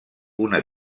una